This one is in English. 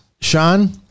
Sean